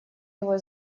его